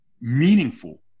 meaningful